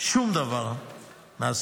שום דבר מהסופר.